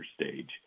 stage